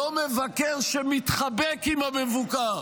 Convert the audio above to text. לא מבקר שמתחבק עם המבוקר.